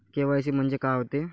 KYC म्हंनजे का होते?